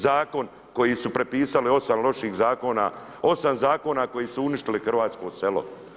Zakon koji su prepisali 8 loših zakona, 8 zakona koji su uništili hrvatsko selo.